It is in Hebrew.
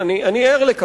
אני אשמח ללמוד.